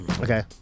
okay